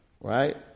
Right